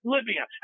Libya